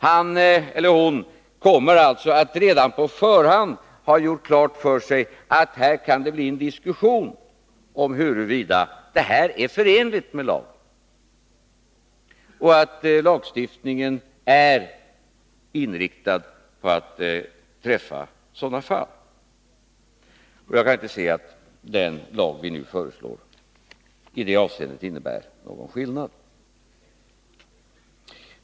Han eller hon kommer alltså att redan på förhand ha gjort klart för sig att det kan bli diskussion om huruvida transaktionen är förenlig med lagen och att lagstiftningen är inriktad på att träffa sådana fall. Jag kan inte se att den lag vi nu föreslår i detta avseende innebär någon skillnad.